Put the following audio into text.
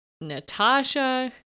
Natasha